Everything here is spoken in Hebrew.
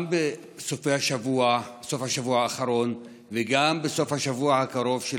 גם בסוף השבוע האחרון וגם בסוף השבוע הקרוב של